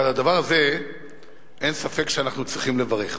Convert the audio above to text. ועל הדבר הזה אין ספק שאנחנו צריכים לברך.